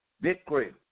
victory